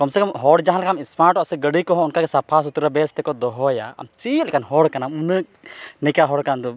ᱠᱚᱢᱥᱮ ᱠᱚᱢ ᱦᱚᱲ ᱡᱟᱦᱟᱸ ᱞᱮᱠᱟᱢ ᱥᱢᱟᱴᱚᱜᱼᱟ ᱥᱮ ᱜᱟᱹᱰᱤ ᱠᱚᱦᱚᱸ ᱚᱱᱠᱟᱜᱮ ᱥᱟᱯᱷᱟ ᱥᱩᱛᱨᱟᱹ ᱵᱮᱥ ᱛᱮᱠᱚ ᱫᱚᱦᱚᱭᱟ ᱟᱢ ᱪᱮᱫᱞᱮᱠᱟᱱ ᱦᱚᱲ ᱠᱟᱱᱟᱢ ᱩᱱᱟᱹᱜ ᱱᱮᱠᱟ ᱦᱚᱲ ᱠᱟᱱᱫᱚᱢ